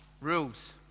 rules